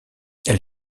elle